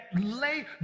lay